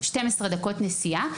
12 דקות נסיעה,